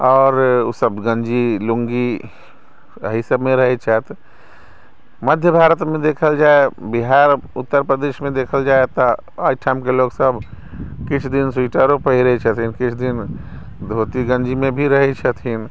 आओर ओसभ गञ्जी लुङ्गी एहि सभमे रहैत छथि मध्य भारतमे देखल जाय बिहार उत्तर प्रदेशमे देखल जाय तऽ एहिठामके लोकसभ किछु दिन स्वेटरो पहिरै छथिन किछु दिन धोती गञ्जीमे भी रहै छथिन